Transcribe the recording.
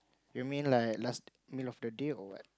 you mean like last meal of the day or what